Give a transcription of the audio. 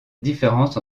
différence